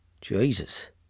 Jesus